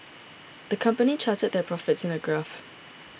the company charted their profits in a graph